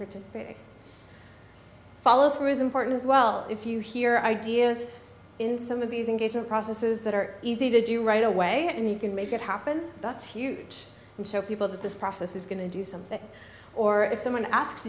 participating followthrough is important as well if you hear ideas in some of these engagement processes that are easy to do right away and you can make it happen that's huge and show people that this process is going to do something or if someone asks